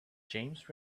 james